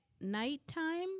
nighttime